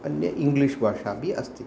अन्य इङ्ग्लिष् भाषापि अस्ति